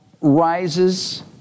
rises